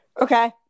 Okay